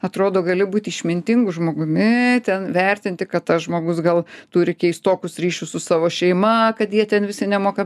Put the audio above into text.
atrodo gali būt išmintingu žmogumi ten vertinti kad tas žmogus gal turi keistokus ryšius su savo šeima kad jie ten visi nemoka